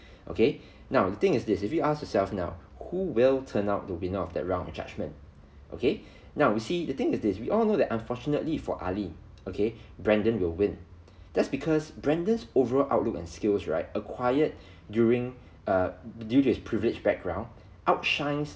okay now the thing is this if you ask yourself now who will turn out the winner of that round of judgment okay now we see the thing is this we all know that unfortunately for Ali okay brendan will win that's because brendan's overall outlook and skills right acquired during err due to his privileged background outshines